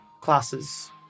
classes